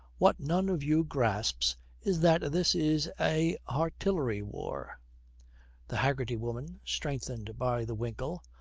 what none of you grasps is that this is a artillery war the haggerty woman, strengthened by the winkle,